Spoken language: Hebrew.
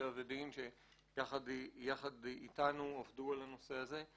טבע ודין שיחד איתנו עבדו על הנושא הזה.